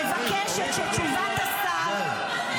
לכן אני מבקשת שתשובת השר --- אורית,